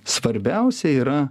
svarbiausia yra